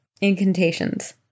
incantations